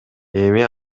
эми